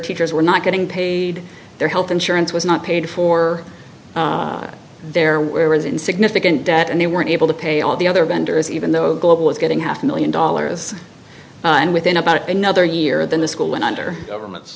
teachers were not getting paid their health insurance was not paid for their was in significant debt and they weren't able to pay all the other vendors even though global was getting half a million dollars and within about another year then the school went under government